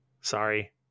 Sorry